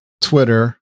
Twitter